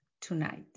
tonight